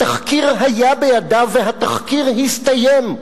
התחקיר היה בידיו והתחקיר הסתיים.